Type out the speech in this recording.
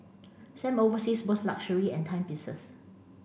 Sam oversees both luxury and timepieces